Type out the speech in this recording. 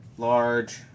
Large